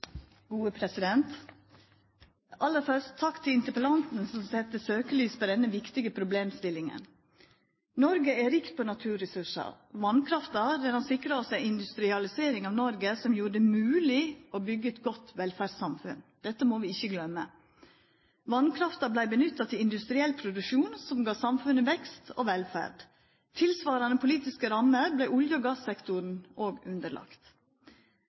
Aller først: Takk til interpellanten som set søkjelys på denne viktige problemstillinga. Noreg er rikt på naturressursar. Vasskrafta har sikra oss ei industrialisering av Noreg som gjorde det mogleg å byggja eit godt velferdssamfunn. Dette må vi ikkje gløyma. Vasskrafta vart nytta til industriell produksjon, som gav samfunnet vekst og velferd. Tilsvarande politiske rammer vart olje- og gassektoren òg underlagd. Naturressursane vart utnytta til det beste for landet, og